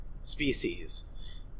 species